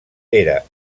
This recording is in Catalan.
era